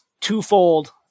twofold